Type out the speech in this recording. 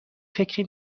فکری